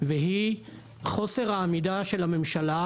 והיא חוסר העמידה של הממשלה,